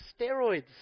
steroids